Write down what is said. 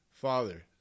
Father